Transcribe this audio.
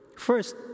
First